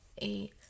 eight